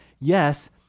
yes